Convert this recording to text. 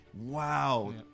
Wow